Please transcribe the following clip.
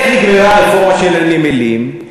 איך נגמרה הרפורמה של הנמלים?